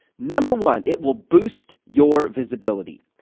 number one, it will boost your visibility.